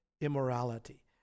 immorality